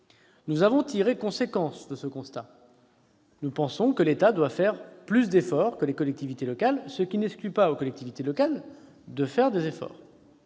Nous avons tiré la conséquence de ce constat. Nous pensons que l'État doit réaliser plus d'efforts que les collectivités locales, ce qui n'exclut pas que celles-ci poursuivent les leurs.